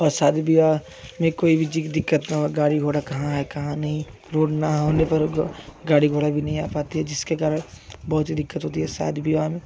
और शादी विवाह में कोई भी दिक्कत ना हो गाड़ी घोड़ा कहाँ है कहाँ नहीं है रोड ना होने पर गाड़ी घोड़ा भी नहीं आ पाती है जिसके कारण बहुत दिक्कत होती है शादी विवाह में